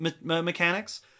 mechanics